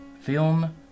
film